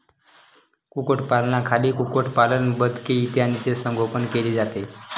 कुक्कुटपालनाखाली कुक्कुटपालन, बदके इत्यादींचे संगोपन केले जाते